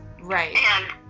right